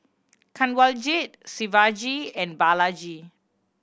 Kanwaljit Shivaji and Balaji